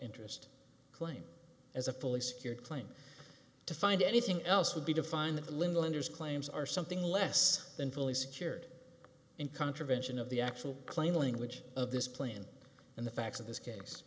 interest claim as a fully secured claim to find anything else would be to find that the little enders claims are something less than fully secured in contravention of the actual claim language of this plan and the facts of this case